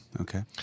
Okay